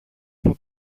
από